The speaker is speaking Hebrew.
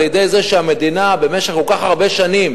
על כך שהמדינה במשך כל כך הרבה שנים